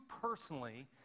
personally